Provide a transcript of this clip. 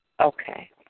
Okay